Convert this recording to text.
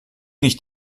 nicht